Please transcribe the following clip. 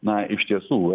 na iš tiesų